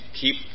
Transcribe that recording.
keep